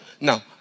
now